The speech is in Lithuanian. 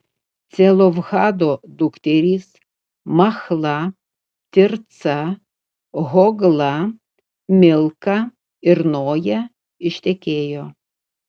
celofhado dukterys machla tirca hogla milka ir noja ištekėjo